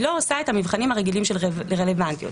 או שאם זאת ראיה שעשויה להועיל להגנת הנאשם,